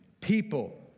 people